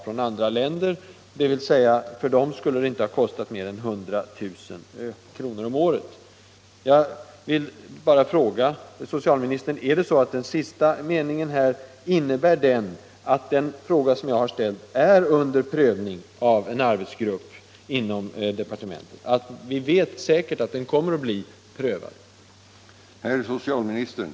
Räknat för dessa personer skulle årskostnaden inte ha blivit större än 100 000 kr. Jag vill slutligen fråga socialministern: Innebär sista meningen i svaret att den fråga jag ställt är eller säkert kommer att bli prövad av en arbetsgrupp inom departementet?